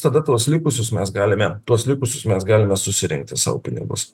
tada tuos likusius mes galime tuos likusius mes galime susirinkti sau pinigus